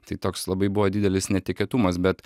tai toks labai buvo didelis netikėtumas bet